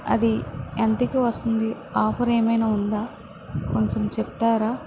అది ఎంతకి వస్తుంది ఆఫర్ ఏమైనా ఉందా కొంచెం చెప్తారా